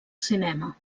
cinema